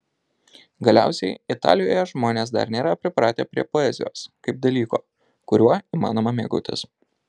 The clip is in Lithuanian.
galiausiai italijoje žmonės dar nėra pripratę prie poezijos kaip dalyko kuriuo įmanoma mėgautis